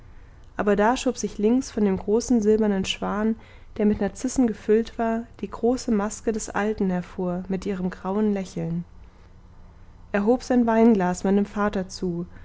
aber da schob sich links von dem großen silbernen schwan der mit narzissen gefüllt war die große maske des alten hervor mit ihrem grauen lächeln er hob sein weinglas meinem vater zu